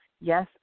yes